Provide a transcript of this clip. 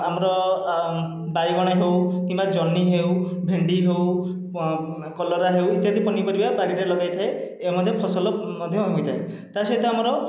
ଆମର ବାଇଗଣ ହେଉ କିମ୍ବା ଜହ୍ନି ହେଉ ଭେଣ୍ଡି ହେଉ କଲରା ହେଉ ଇତ୍ୟାଦି ପନିପରିବା ବାଡ଼ିରେ ଲଗାଇଥାଏ ଏହା ମଧ୍ୟ ଫସଲ ମଧ୍ୟ ହୋଇଥାଏ ତା'ସହିତ ଆମର